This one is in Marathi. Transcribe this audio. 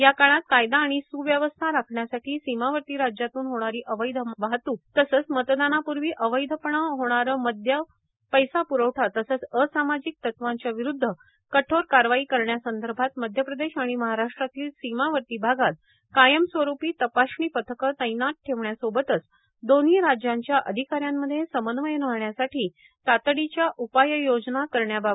या काळात कायदा आणि सृव्यवस्था राखण्यासाठी सीमावर्ती राज्यातून होणारी अवैध वाहतूक तसंच मतदानापूर्वी अवैधपणे होणारे मदय पैसा प्रवठा तसंच असामाजिक तत्वांच्या विरूद्व कठोर कारवाई करण्यासंदर्भात मध्य प्रदेश आणि महाराष्ट्रातील सीमावर्ती भागात कायमस्वरूपी तपासणी पथके तैनात ठेवण्यासोबतच दोन्ही राज्यांच्या अधिकाऱ्यांमध्ये समन्वय राहण्यासाठी तातडीच्या उपाययोजना करण्याबाबतही चर्चा करण्यात आली